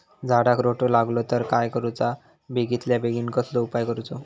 झाडाक रोटो लागलो तर काय करुचा बेगितल्या बेगीन कसलो उपाय करूचो?